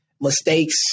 mistakes